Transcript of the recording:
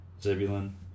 Zebulon